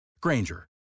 Granger